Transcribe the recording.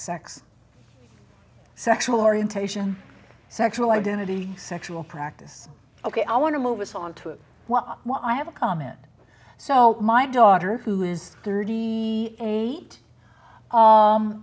sex sexual orientation sexual identity sexual practice ok i want to move us on to what i have a comment so my daughter who is thirty eight